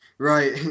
Right